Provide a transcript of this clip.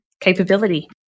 capability